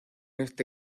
este